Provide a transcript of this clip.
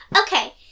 Okay